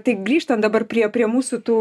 tai grįžtant dabar prie prie mūsų tų